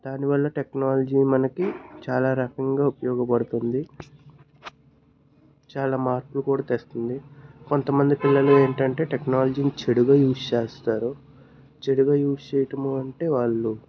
దానివల్ల టెక్నాలజీ మనకి చాలా రకంగా ఉపయోగపడుతుంది చాలా మార్పులు కూడా తెస్తుంది కొంతమంది పిల్లలు ఏంటంటే టెక్నాలజీ చెడుగా యూస్ చేస్తారు చెడుగా యూస్ చేయటం అంటే వాళ్లు